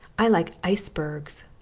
i like icebergs,